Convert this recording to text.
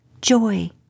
Joy